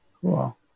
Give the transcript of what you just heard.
Cool